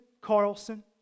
Carlson